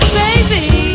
baby